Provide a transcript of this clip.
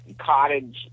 cottage